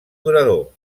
durador